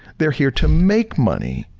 they're here to make money.